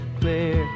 clear